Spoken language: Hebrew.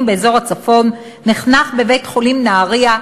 באזור הצפון נחנך בבית-חולים בנהרייה,